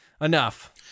enough